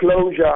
closure